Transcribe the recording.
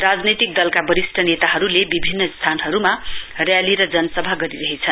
राजनैतिक दलका वरिस्ट नेताहरुले विभिन्न स्थानहरुमा र्याली र जनसभा गरिरहेछ